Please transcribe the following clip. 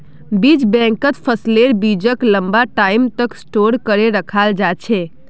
बीज बैंकत फसलेर बीजक लंबा टाइम तक स्टोर करे रखाल जा छेक